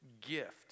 gift